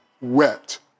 wept